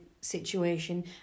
situation